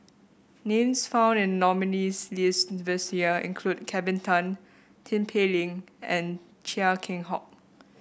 names found in the nominees' list this year include Kelvin Tan Tin Pei Ling and Chia Keng Hock